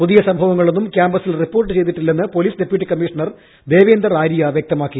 പുതിയ സംഭവങ്ങളൊന്നും ക്യാമ്പസിൽ റിപ്പോർട്ട് ചെയ്തിട്ടില്ലെന്ന് police deputy commissioner Devender Arya വ്യക്തമാക്കി